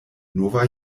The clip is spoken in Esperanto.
nova